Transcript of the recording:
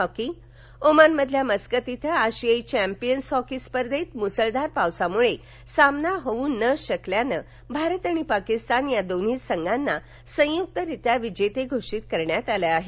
hockey Oman मधल्या Muscat इथं आशियाई चॅम्पिअन्स हॉकी स्पर्धेत मुसळधार पावसामुळे सामना होऊ न शकल्यान भारत आणि पाकिस्तान या दोन्ही संघाना संयुक्तरित्या विजेते घोषित करण्यात आलं आहे